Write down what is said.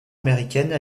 américaines